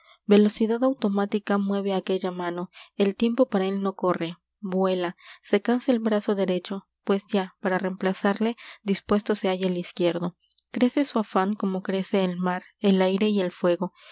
velocidad automática mueve aquella mano el tiempo para él no corre vuela se cansa el brazo derecho pues ya para reemplazarle dispuesto se halla el izquierdo crece su afán como crece el mar el aire y el fuego